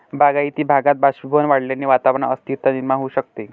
बागायती भागात बाष्पीभवन वाढल्याने वातावरणात अस्थिरता निर्माण होऊ शकते